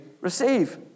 receive